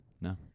No